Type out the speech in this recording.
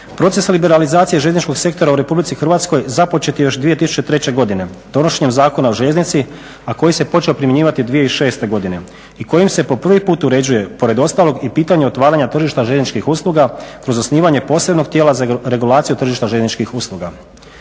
Proces liberalizacije željezničkog sektora u Republici Hrvatskoj započet je još 2003. godine donošenjem Zakona o željeznici, a koji se počeo primjenjivati 2006. godine i kojim se po prvi put uređuje pored ostalog i pitanje otvaranja tržišta željezničkih usluga kroz osnivanje posebnog tijela za regulaciju tržišta željezničkih usluga.